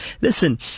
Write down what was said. listen